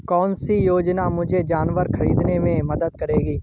कौन सी योजना मुझे जानवर ख़रीदने में मदद करेगी?